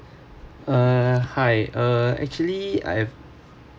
uh hi uh actually I've